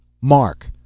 Mark